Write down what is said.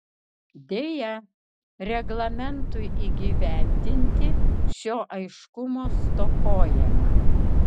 deja reglamentui įgyvendinti šio aiškumo stokojama